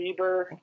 Bieber